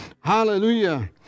Hallelujah